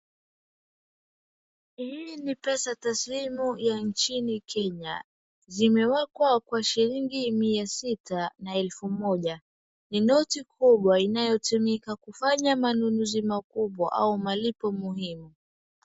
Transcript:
Hii ni pesa taslimu ya nchini Kenya. Zimewekwa kwa shilingi mia sita na elfu moja. Ni noti kubwa inayotumika kufanya manunuzi makubwa au malipo muhimu.